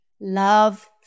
Love